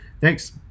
thanks